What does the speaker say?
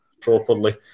properly